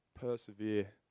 Persevere